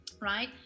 right